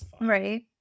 Right